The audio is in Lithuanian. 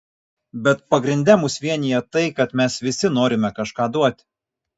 bet pagrinde mus vienija tai kad mes visi norime kažką duoti